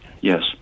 Yes